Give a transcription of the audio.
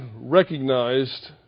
recognized